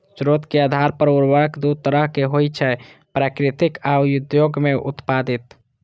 स्रोत के आधार पर उर्वरक दू तरहक होइ छै, प्राकृतिक आ उद्योग मे उत्पादित